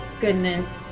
goodness